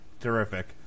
terrific